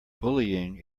bullying